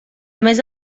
més